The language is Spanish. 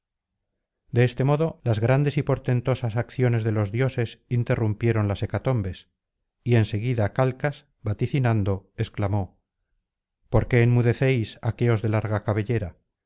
de este modo las grandes y portentosas acciones de los dioses interrumpieron las hecatombes y en seguida calcas vaticinando exclamó por qué enmudecéis aqueos de larga cabellera